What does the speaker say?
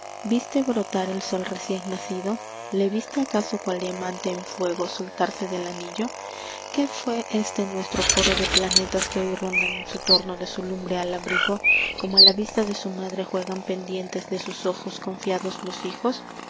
viste brotar al sol recién nacido le viste acaso cual diamante en fuego soltarse del anillo que fué este nuestro coro de planetas que hoy rondan en su torno de su lumbre al abrigo como a la vista de su madre juegan pendientes de sus ojos confiados los hijos